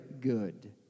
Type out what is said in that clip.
good